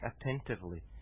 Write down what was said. attentively